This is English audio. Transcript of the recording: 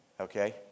Okay